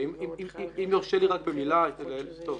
ואם יורשה לי רק במילה --- טוב,